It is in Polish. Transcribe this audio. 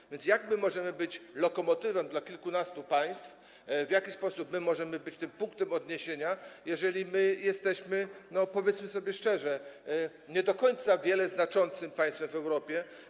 Jak więc możemy być lokomotywą dla kilkunastu państw, w jaki sposób możemy być tym punktem odniesienia, jeżeli jesteśmy, powiedzmy sobie szczerze, nie do końca wiele znaczącym państwem w Europie?